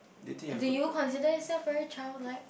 do you consider yourself very childlike